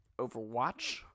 Overwatch